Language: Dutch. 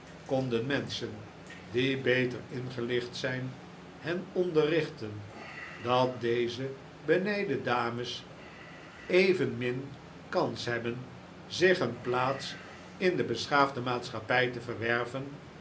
konden menschen die beter ingelicht zijn hen onderrichten dat deze benijde dames evenmin kans hebben zich een plaats in de beschaafde maatschappij te verwerven